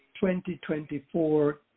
2024